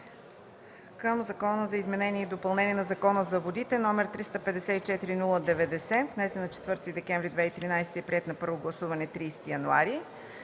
към Закон за изменение и допълнение на Закона за водите, № 354-01-90, внесен на 4 декември 2013 г., приет на първо гласуване на 30 януари